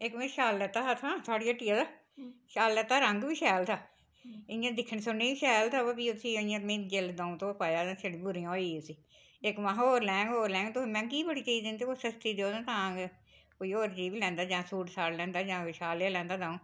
इक में शाल लैता हा उत्थुआं थुआढ़ी ह्ट्टियै दा शाल लैता रंग बी शैल था इ'यां दिक्खने सुनने गी शैल ते अवा फ्ही उसी जेल्लै द'ऊं धौ पाया ते छड़ी बुरियां होई गेई उसी इक महां होर लैङ होर लैङ ते हून मैंह्गी बड़ी चीज़ दिंदे सस्ती देओ ते तां कोई होर चीज़ बी लैंदा जां सूट साट लैंदा जां कोई शाल लेई लैंदा द'ऊं